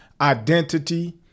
identity